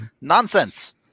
Nonsense